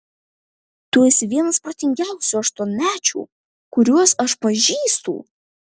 tu esi vienas protingiausių aštuonmečių kuriuos aš pažįstu